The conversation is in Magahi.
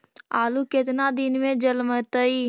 आलू केतना दिन में जलमतइ?